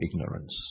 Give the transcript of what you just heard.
ignorance